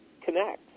connect